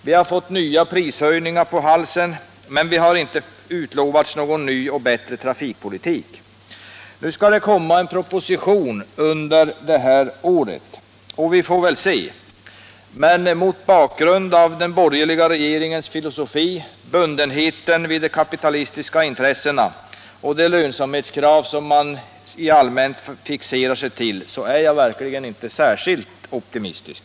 Vi har fått nya prishöjningar på halsen, men vi har inte utlovats någon ny och bättre trafikpolitik. Nu skall det läggas fram en proposition under detta år. Vi får väl se. Men mot bakgrund av den borgerliga regeringens filosofi, bundenheten vid de kapitalistiska intressena och de lönsamhetskrav man i allmänhet fixerar sig till är jag verkligen inte särskilt optimistisk.